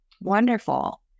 Wonderful